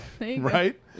right